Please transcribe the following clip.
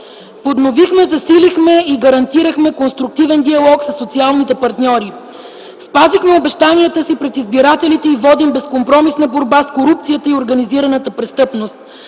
Подновихме, засилихме и гарантирахме конструктивен диалог със социалните партньори. Спазихме обещанията си пред избирателите и водим безкомпромисна борба с корупцията и организираната престъпност.